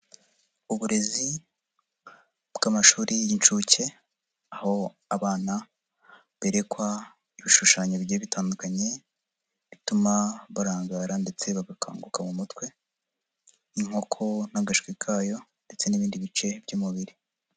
Uburezi bw'amashuri y'inshuke, aho abana berekwa ibishushanyo bigiye bitandukanye, bituma barangara ndetse bagakanguka mu mutwe, inkoko n'agashwi kayo ndetse n'ibindi bice by'umubiri.